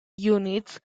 units